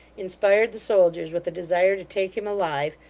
inspired the soldiers with a desire to take him alive,